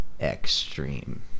extreme